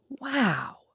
Wow